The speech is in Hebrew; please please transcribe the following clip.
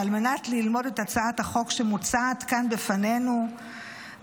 ועל מנת ללמוד את הצעת החוק שמוצעת כאן בפנינו באופן